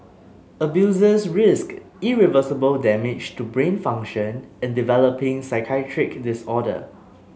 abusers risked irreversible damage to brain function and developing psychiatric disorder